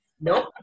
Nope